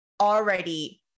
already